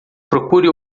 procure